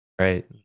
right